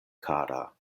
kara